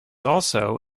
also